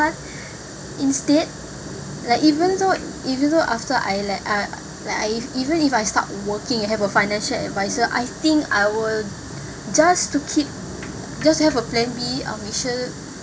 instead like even though even though after I like I even if I start working and have a financial advisor I think I'll just to keep just to have a plan B I'm sure